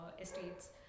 estates